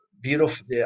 beautiful